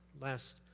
Last